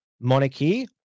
monarchy